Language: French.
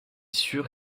sûr